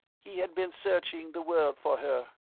he had been searching the world for her.